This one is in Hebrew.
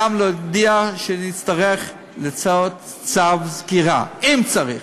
גם להודיע שנצטרך לעשות צו סגירה, אם צריך.